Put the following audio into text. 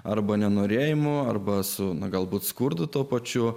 arba nenorėjimo arba su na galbūt skurdu tuo pačiu